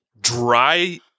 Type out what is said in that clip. dry